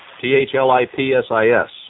T-H-L-I-P-S-I-S